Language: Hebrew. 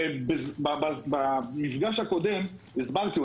הרי במפגש הקודם הסברתי,